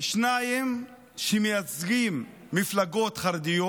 שניים שמייצגים מפלגות חרדיות,